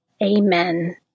Amen